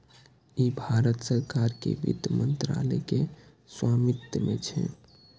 ई भारत सरकार के वित्त मंत्रालय के स्वामित्व मे छै